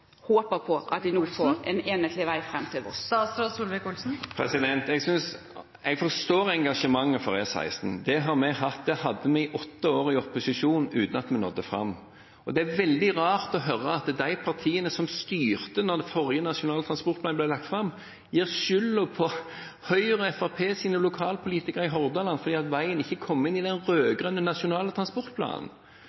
at de nå får en enhetlig vei fram til Voss? Jeg forstår engasjementet for E16. Det hadde vi i åtte år i opposisjon, uten at vi nådde fram. Det er veldig rart å høre at de partiene som styrte da den forrige Nasjonal transportplan ble lagt fram, legger skylden på Høyres og Fremskrittspartiets lokalpolitikere i Hordaland for at veien ikke kom inn i den